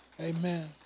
Amen